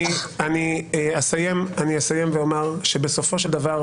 אני אסיים ואומר שבסופו של דבר,